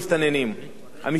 המסתננים הם לא הבעיה.